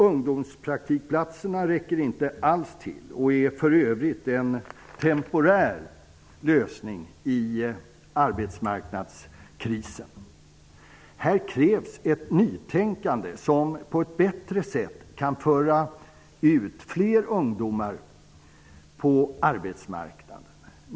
Ungdomspraktikplatserna räcker inte alls till, och de är för övrigt en temporär lösning i arbetsmarknadskrisen. Här krävs ett nytänkande som på ett bättre sätt kan föra ut fler ungdomar på arbetsmarknaden.